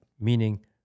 Meaning